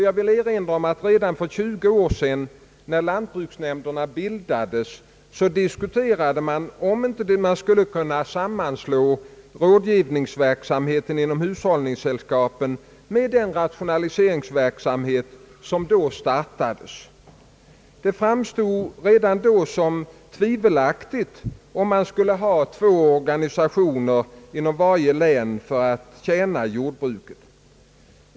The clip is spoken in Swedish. Jag vill också erinra om att man redan för 20 år sedan, när lantbruksnämnderna bildades, diskuterade om man inte skulle kunna sammanslå rådgivningsverksamheten inom = hushållningssällskapen med den rationaliseringsverksamhet som då startades. Det fanns redan då de som ansåg det tvivelaktigt om man skulle ha två organisationer inom varje län för att tjäna jordbruket.